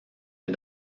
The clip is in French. est